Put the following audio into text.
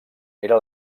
era